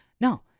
no